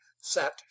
sat